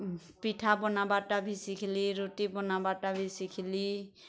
ପିଠା ବନାବାର୍ଟା ବି ଶିଖ୍ଲି ରୁଟି ବନାବାର୍ଟା ବି ଶିଖ୍ଲି